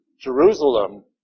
Jerusalem